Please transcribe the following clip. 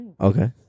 Okay